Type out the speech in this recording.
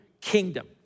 kingdom